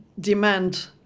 demand